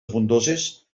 abundoses